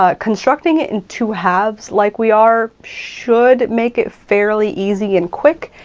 ah constructing it in two halves, like we are, should make it fairly easy and quick,